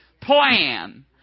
plan